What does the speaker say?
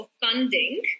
funding